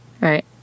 right